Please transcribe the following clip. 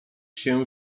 się